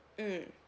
mm